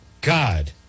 God